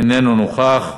איננו נוכח,